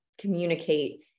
communicate